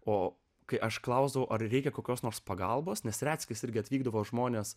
o kai aš klausdavau ar reikia kokios nors pagalbos nes retsykiais irgi atvykdavo žmonės